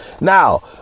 Now